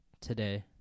today